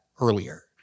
earlier